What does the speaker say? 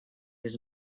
his